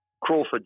Crawford